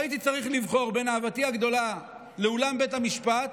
הייתי צריך לבחור בין אהבתי הגדולה לאולם בית המשפט